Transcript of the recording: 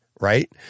right